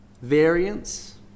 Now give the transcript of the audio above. variance